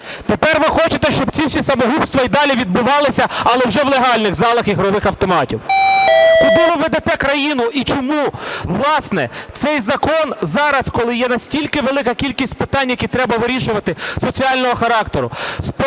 Тепер ви хочете щоб ці всі самогубства і далі відбувалися, але вже в легальних залах ігрових автоматів. Куди ви ведете країну? І чому, власне, цей закон зараз, коли є настільки велика кількість питань, які треба вирішувати соціального характеру